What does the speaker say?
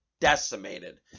decimated